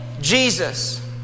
Jesus